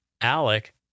Alec